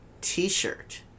t-shirt